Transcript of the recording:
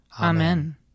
Amen